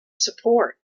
support